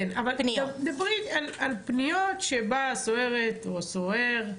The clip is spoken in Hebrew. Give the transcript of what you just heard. כן, אבל דברי על פניות שבאה סוהרת או סוהר,